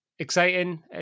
Exciting